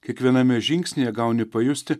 kiekviename žingsnyje gauni pajusti